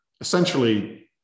essentially